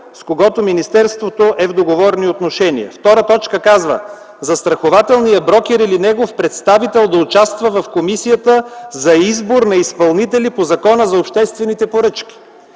с когото министерството е в договорни отношения. 2. Застрахователният брокер или негов представител да участва в Комисията за избор на изпълнители по Закона за обществените поръчки.